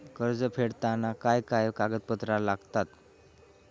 कर्ज फेडताना काय काय कागदपत्रा लागतात?